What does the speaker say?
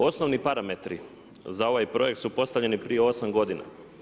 Osnovni parametri za ovaj projekt su postavljeni prije 8 godina.